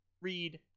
read